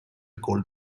gold